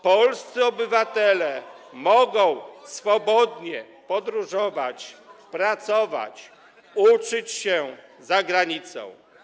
Polscy obywatele mogą swobodnie podróżować, pracować, uczyć się za granicą.